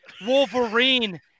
Wolverine